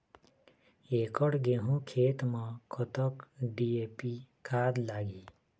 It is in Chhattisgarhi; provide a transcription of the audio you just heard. एकड़ गेहूं खेत म कतक डी.ए.पी खाद लाग ही?